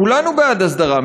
כולנו בעד הסדרה,